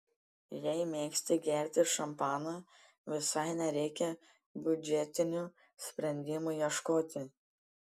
jei mėgsti gerti šampaną visai nereikia biudžetinių sprendimų ieškoti